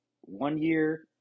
one-year